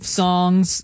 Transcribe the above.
songs